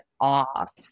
off